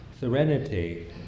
serenity